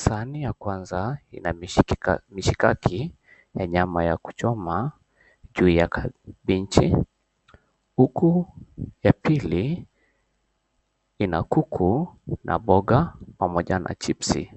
Sahani ya kwanza ina mishimaki ya nyama ya kuchoma juu ya kabeji huku ya pili ina kuku na mboga pamoja na chipsy .